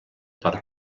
per